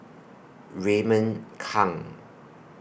Raymond Kang